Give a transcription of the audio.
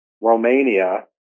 Romania